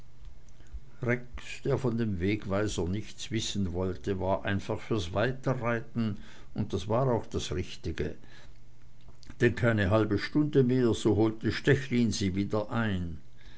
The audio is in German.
der von dem wegweiser nichts wissen wollte war einfach für weiterreiten und das war auch das richtige denn keine halbe stunde mehr so holte stechlin sie wieder ein